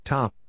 Top